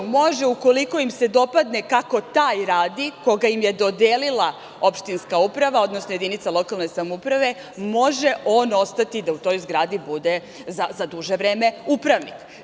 Ukoliko im se dopadne kako taj radi, koga im je dodelila opštinska uprava, odnosno jedinica lokalne samouprave, može on ostati da u toj zgradi bude za duže vreme upravnik.